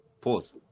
Pause